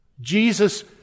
Jesus